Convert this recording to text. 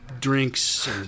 drinks